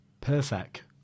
Perfect